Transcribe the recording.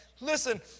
listen